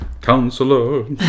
Counselor